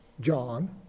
John